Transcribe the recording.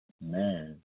man